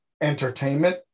entertainment